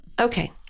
Okay